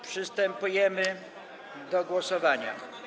Przystępujemy do głosowania.